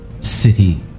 city